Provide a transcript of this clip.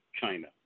China